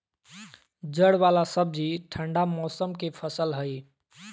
जड़ वाला सब्जि ठंडा मौसम के फसल हइ